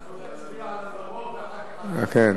נצביע על המרור ואחר כך על המצה.